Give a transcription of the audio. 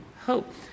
hope